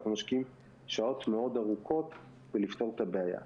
ואנחנו משקיעים שעות ארוכות מאוד כדי לפתור את הבעיה.